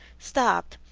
stopped,